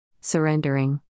Surrendering